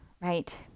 right